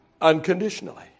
unconditionally